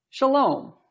Shalom